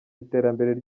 iterambere